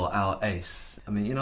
ah our ace. i mean, you know